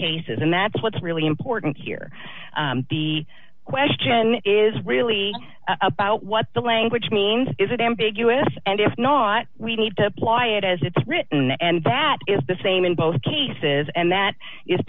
cases and that's what's really important here the question is really about what the language means is it ambiguous and if not we need to apply it as it's written and that is the same in both cases and that is